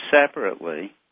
separately